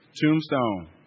tombstone